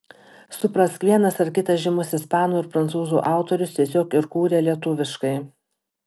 suprask vienas ar kitas žymus ispanų ar prancūzų autorius tiesiog ir kūrė lietuviškai